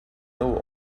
know